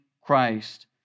Christ